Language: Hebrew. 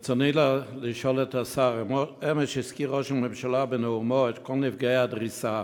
ברצוני לשאול את השר: אמש הזכיר ראש הממשלה בנאומו את כל נפגעי הדריסה,